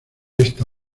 esta